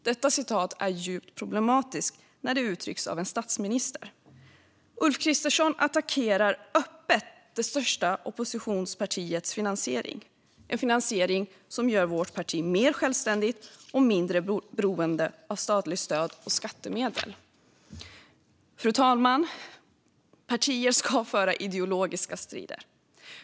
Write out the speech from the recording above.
Detta citat är djupt problematiskt när det uttrycks av en statsminister. Ulf Kristersson attackerar öppet det största oppositionspartiets finansiering, en finansiering som gör vårt parti mer självständigt och mindre beroende av statligt stöd och skattemedel. Fru talman! Partier ska föra ideologiska strider.